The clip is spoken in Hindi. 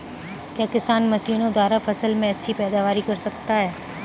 क्या किसान मशीनों द्वारा फसल में अच्छी पैदावार कर सकता है?